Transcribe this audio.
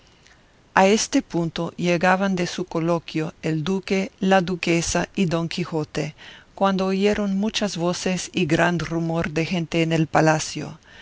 a este punto llegaban de su coloquio el duque la duquesa y don quijote cuando oyeron muchas voces y gran rumor de gente en el palacio